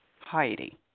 Heidi